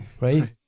Right